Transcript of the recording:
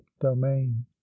domain